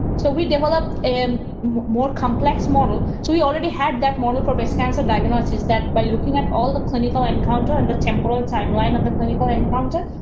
so we develop and more complex model, so we already have that model for breast cancer diagnosis that by looking at all the clinical encounter, and the temporal and timeline of the clinical encounter,